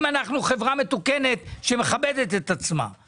הוא יצא עוד ב-2020.